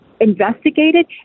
investigated